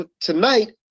tonight